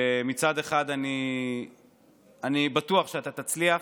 מצד אחד, אני בטוח שאתה תצליח,